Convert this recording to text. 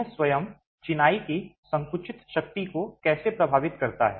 यह स्वयं चिनाई की संकुचित शक्ति को कैसे प्रभावित करता है